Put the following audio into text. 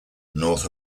north